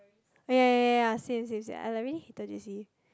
ah ya ya ya ya ya same same same I like really hated J_C